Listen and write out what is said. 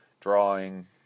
drawing